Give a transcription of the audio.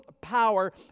power